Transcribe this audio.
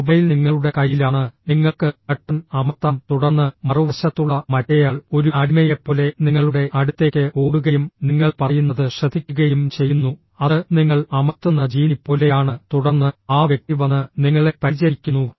ആ മൊബൈൽ നിങ്ങളുടെ കൈയിലാണ് നിങ്ങൾക്ക് ബട്ടൺ അമർത്താം തുടർന്ന് മറുവശത്തുള്ള മറ്റേയാൾ ഒരു അടിമയെപ്പോലെ നിങ്ങളുടെ അടുത്തേക്ക് ഓടുകയും നിങ്ങൾ പറയുന്നത് ശ്രദ്ധിക്കുകയും ചെയ്യുന്നു അത് നിങ്ങൾ അമർത്തുന്ന ജീനി പോലെയാണ് തുടർന്ന് ആ വ്യക്തി വന്ന് നിങ്ങളെ പരിചരിക്കുന്നു